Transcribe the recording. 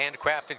handcrafted